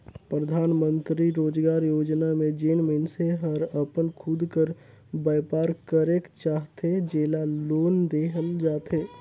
परधानमंतरी रोजगार योजना में जेन मइनसे हर अपन खुद कर बयपार करेक चाहथे जेला लोन देहल जाथे